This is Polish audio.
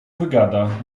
wygada